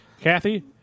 Kathy